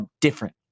different